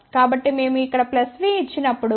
కాబట్టి మేము ఇక్కడ V ఇచ్చినప్పుడు